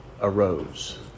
arose